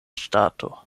ŝtato